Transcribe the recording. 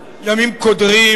ימים קודרים,